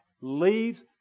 leaves